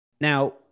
Now